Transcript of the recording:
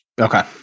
okay